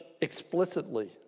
explicitly